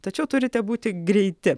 tačiau turite būti greiti